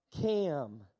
Cam